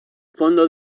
fondo